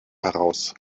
heraus